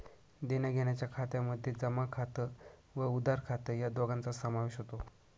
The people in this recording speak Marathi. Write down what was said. देण्याघेण्याच्या खात्यामध्ये जमा खात व उधार खात या दोघांचा समावेश होतो